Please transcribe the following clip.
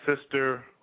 sister